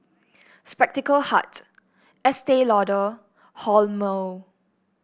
Spectacle Hut Estee Lauder Hormel